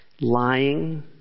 lying